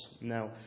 now